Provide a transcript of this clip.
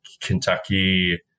Kentucky